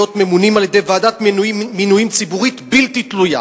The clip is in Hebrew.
ממונים על-ידי ועדת מינויים ציבורית בלתי תלויה,